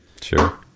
Sure